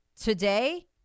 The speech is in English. Today